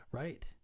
right